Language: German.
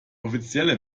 offizielle